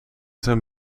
zijn